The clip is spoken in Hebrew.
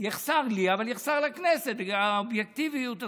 יחסר לי, אבל תחסר לכנסת האובייקטיביות הזאת,